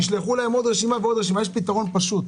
יש פתרון פשוט,